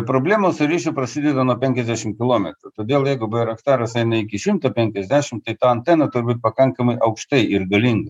problemos su ryšiu prasideda nuo penkiasdešim kilometrų todėl jeigu bairaktaras eina iki šimto penkiasdešimt tai ta anteną turi būt pakankamai aukštai ir galingai